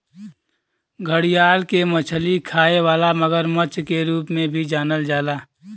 घड़ियाल के मछली खाए वाला मगरमच्छ के रूप में भी जानल जाला